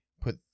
Put